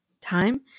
Time